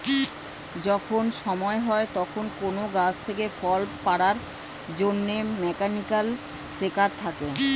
যখন সময় হয় তখন কোন গাছ থেকে ফল পাড়ার জন্যে মেকানিক্যাল সেকার থাকে